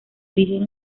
origen